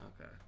Okay